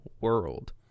World